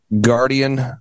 Guardian